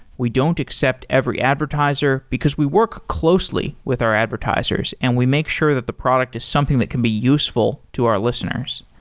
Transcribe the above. we don't accept every advertiser, because we work closely with our advertisers and we make sure that the product is something that can be useful to our listeners.